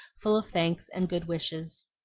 full of thanks and good wishes.